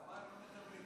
למה הם לא מקבלים?